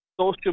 social